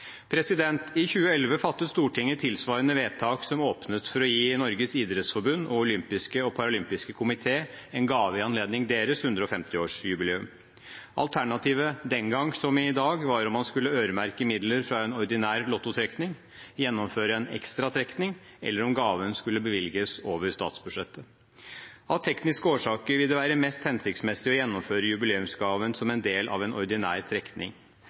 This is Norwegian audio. I 2011 fattet Stortinget tilsvarende vedtak som åpnet for å gi Norges idrettsforbund og olympiske og paralympiske komité en gave i anledning deres 150-årsjubileum. Alternativene den gang som i dag var om man skulle øremerke midler fra en ordinær lottotrekning, gjennomføre en ekstra trekning eller om gaven skulle bevilges over statsbudsjettet. Av tekniske årsaker vil det være mest hensiktsmessig å gjennomføre finansieringen av jubileumsgaven som en del av en ordinær trekning.